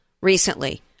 recently –